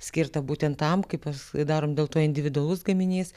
skirta būtent tam kaip jūs darom dėl to individualus gaminys